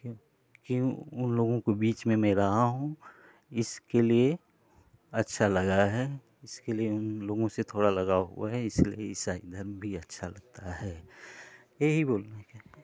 क्योंकि उन लोगों के बीच में मैं रहा हूँ इसके लिये अच्छा लगा है इसके लिए उन लोगों से थोड़ा लगाव हुआ है इसलिए ईसाई धर्म भी अच्छा लगता है ये ही बोलू